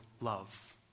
love